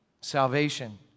salvation